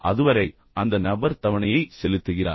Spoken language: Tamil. அதுவரை அந்த நபர் தவணையை செலுத்துகிறார்